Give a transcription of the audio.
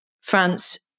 France